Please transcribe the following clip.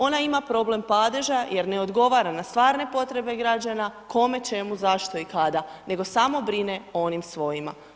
Ona ima problem padeža jer ne odgovara na stvarne potrebe građana, kome, čemu, zašto i kada, nego samo o onim svojima.